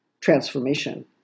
transformation